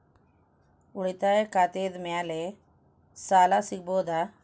ಉಳಿತಾಯ ಖಾತೆದ ಮ್ಯಾಲೆ ಸಾಲ ಸಿಗಬಹುದಾ?